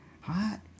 Hot